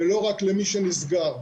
ולא רק למי שנסגר.